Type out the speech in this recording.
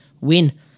win